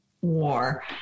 war